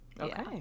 Okay